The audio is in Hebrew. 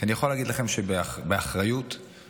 כי אני יכול להגיד לכם באחריות שאכפת,